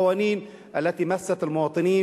הדבר הטוב ביותר שהממשלה עשתה בכהונה שלה,